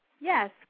Yes